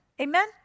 Amen